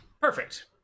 Perfect